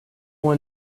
one